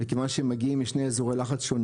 מכיוון שמגיעים משני אזורי לחץ שונים